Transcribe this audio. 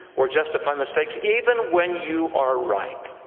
or justify mistakes, even when you are right!